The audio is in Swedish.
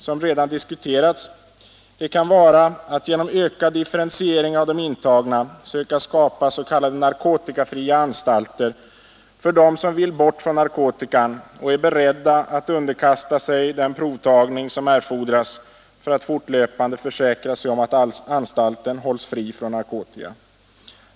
som redan diskuterats, kan vara att genom ökad differentiering av de intagna söka skapa s.k. narkotikafria anstalter för dem som vill bort från narkotikan och är beredda att underkasta sig den provtagning som erfordras för att man fortlöpande skall kunna försäkra sig om att anstalten hålies fri från narkotika.